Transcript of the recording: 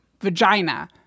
vagina